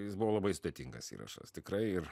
jis buvo labai sudėtingas įrašas tikrai ir